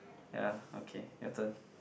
ya okay your turn